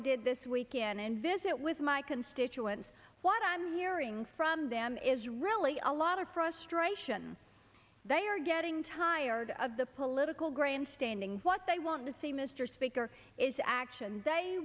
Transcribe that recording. a did this weekend and visit with my constituents what i'm hearing from them is really a lot of frustration they are getting tired of the political grandstanding what they want to see mr speaker is action they